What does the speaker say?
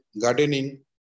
gardening